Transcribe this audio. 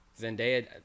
Zendaya